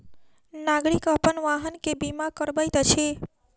नागरिक अपन वाहन के बीमा करबैत अछि